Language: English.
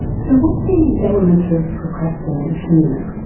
so what's the element of procrastination in it?